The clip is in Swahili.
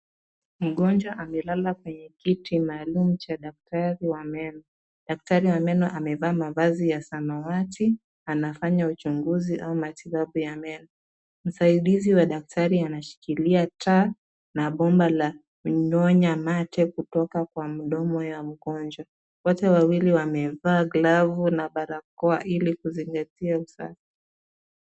Mgonjwa amelala kwenye kiti maalum cha daktari wa meno. Daktari wa meno amevaa mavazi ya samawati na anafanya uchunguzi au matibabu ya meno. Msaidizi wa meno anashikilia taa na bomba la kunyonya mate kutoka kwa mdomo wa mgonjwa. Wote wawili wamevaa glavu na barakoa ili kuzingatia usafi.